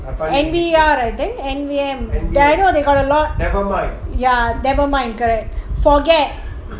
N V R I think N V M ya I know they got a lot never mind correct forget